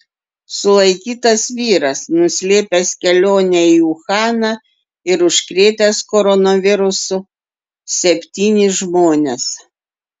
sulaikytas vyras nuslėpęs kelionę į uhaną ir užkrėtęs koronavirusu septynis žmones